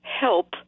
help